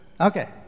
Okay